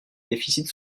déficit